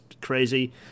crazy